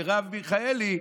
מרב מיכאלי,